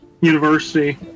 university